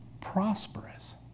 prosperous